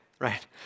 right